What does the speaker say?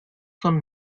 son